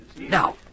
Now